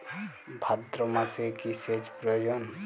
ভাদ্রমাসে কি সেচ প্রয়োজন?